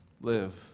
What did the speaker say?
live